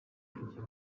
kugira